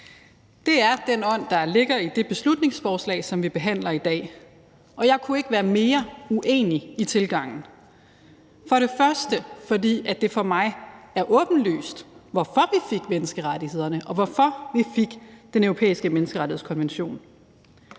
Det er den ånd, der ligger i det beslutningsforslag, som vi behandler i dag. Og jeg kunne ikke være mere uenig i tilgangen. For det første er det for mig åbenlyst, hvorfor vi fik menneskerettighederne, og hvorfor vi fik Den Europæiske Menneskerettighedskonvention.